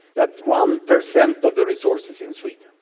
that's one percent of the resources in sweden.